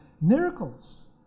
miracles